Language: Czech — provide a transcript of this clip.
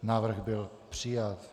Návrh byl přijat.